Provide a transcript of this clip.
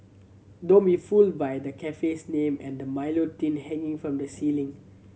don't be fooled by the cafe's name and the Milo tin hanging from the ceiling